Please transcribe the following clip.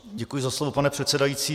Děkuji za slovo, pane předsedající.